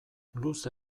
luze